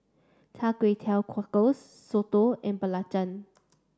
Cha Kway Teow Cockles Soto and Belacan